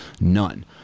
None